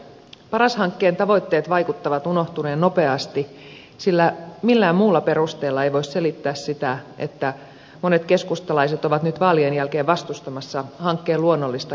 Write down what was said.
paras hankkeen tavoitteet vaikuttavat unohtuneen nopeasti sillä millään muulla perusteella ei voi selittää sitä että monet keskustalaiset ovat nyt vaalien jälkeen vastustamassa hankkeen luonnollista jatkumoa